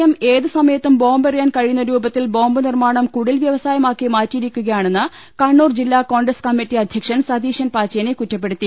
M ഏത് സമയത്തും bomb എറിയാൻ കഴിയുന്ന രൂപത്തിൽ ബോംബ് നിർമ്മാണം കുടിൽ വ്യവസായമാക്കി മാറ്റിയിരിക്കുകയാണെന്ന് കണ്ണൂർ ജില്ലാ കോൺഗ്രസ് കമ്മിറ്റി അധ്യക്ഷൻ സതീഷൻ പാച്ചേനി കുറ്റപ്പെ ടുത്തി